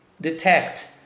detect